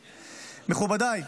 מכובדיי,